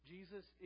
Jesus